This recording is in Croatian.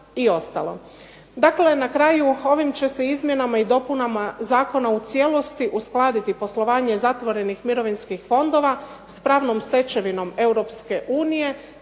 Dakle na kraju ovim će se izmjenama i dopunama zakona u cijelosti uskladiti poslovanje zatvorenih mirovinskih fondova, s pravnom stečevinom Europske unije,